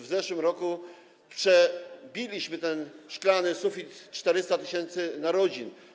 W zeszłym roku przebiliśmy ten szklany sufit - 400 tys. narodzin.